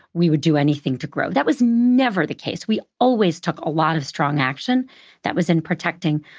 we would to anything to grow. that was never the case. we always took a lot of strong action that was in protecting.